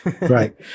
Right